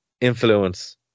influence